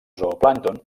zooplàncton